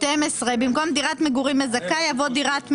הסתייגות 12. במקום "דירת מגורים מזכה" יבוא "דירת מגורים".